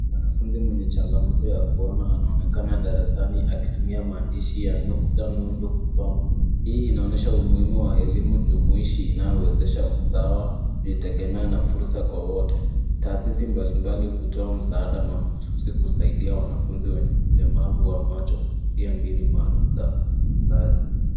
Mwanafunzi mwenye changamoto ya kuona anaonekana darasani akitumia maandishi ya nukta nundu kusoma. Hii inaonyesha umuhimu wa elimu jumuishi inayowezesha usawa kujitengemea na fursa kwa wote. Taasisi mbalimbali hutoa msaada mahususi kusaidia wanafunzi wenye ulemavu wa macho kupitia mbinu maalum za ujifunzaji.